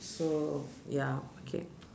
so ya okay